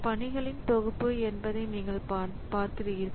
பணிகளின் தொகுப்பு என்பதை நீங்கள் காண்கிறீர்கள்